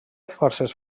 forces